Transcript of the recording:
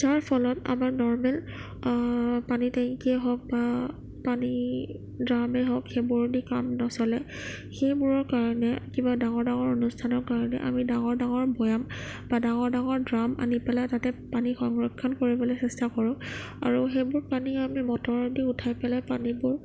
তাৰ ফলত আমাৰ নৰ্মেল পানী টেংকীয়েই হওক বা পানী ড্ৰামেই হওক সেইবোৰ দি কাম নচলে সেইবোৰৰ কাৰণে কিবা ডাঙৰ ডাঙৰ অনুস্থানৰ কাৰণে আমি ডাঙৰ ডাঙৰ বৈয়াম বা ডাঙৰ ডাঙৰ ড্ৰাম আনি পেলাই তাতে পানী সংৰক্ষণ কৰিবলৈ চেষ্টা কৰোঁ আৰু সেইবোৰ পানী আমি মটৰ দি উঠাই পেলাই পানীবোৰ